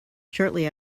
shortly